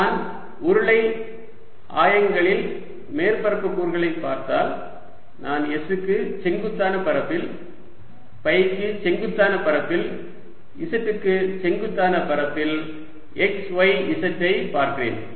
நான் உருளை ஆயங்களில் மேற்பரப்பு கூறுகளை பார்த்தால் நான் s க்கு செங்குத்தான பரப்பில் ஃபைக்கு செங்குத்தான பரப்பில் z க்கு செங்குத்தான பரப்பில் x y z ஐ பார்க்கிறேன்